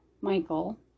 Michael